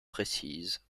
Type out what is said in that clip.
précise